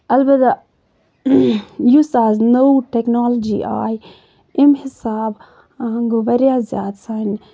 اَلبتہ یُس آز نٔو ٹیٚکنالجی آیہِ اَمہِ حِسابہٕ گوٚو واریاہ زیادٕ سانہِ